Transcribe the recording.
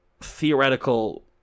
theoretical